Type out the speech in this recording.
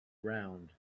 round